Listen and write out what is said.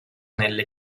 nelle